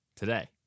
Today